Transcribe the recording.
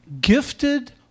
Gifted